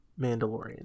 Mandalorian